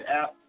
app